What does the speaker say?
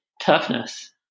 toughness